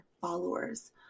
followers